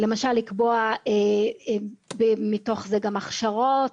למשל, לקבוע מתוך זה גם הכשרות